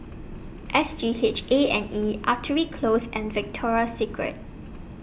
S G H A and E Artillery Close and Victoria Street